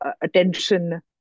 attention